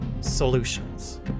solutions